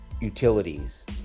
utilities